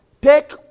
take